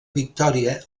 victòria